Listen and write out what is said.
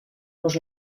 los